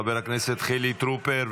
חבר הכנסת חילי טרופר,